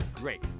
great